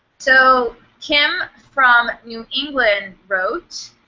so kim from new england wrote